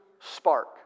spark